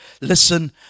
Listen